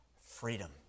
Freedom